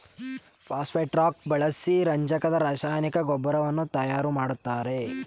phosphate rock ಬಳಸಿ ರಂಜಕದ ರಾಸಾಯನಿಕ ಗೊಬ್ಬರವನ್ನು ತಯಾರು ಮಾಡ್ತರೆ